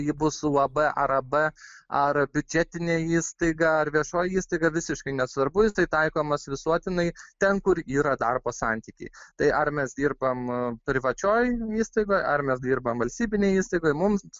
ji bus uab ar ab ar biudžetinė įstaiga ar viešoji įstaiga visiškai nesvarbu jisai taikomas visuotinai ten kur yra darbo santykiai tai ar mes dirbam privačioj įstaigoj ar mes dirbam valstybinėj įstaigoj mums